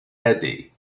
eddy